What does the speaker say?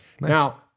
Now